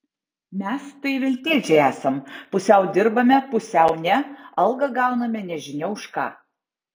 mes tai veltėdžiai esam pusiau dirbame pusiau ne algą gauname nežinia už ką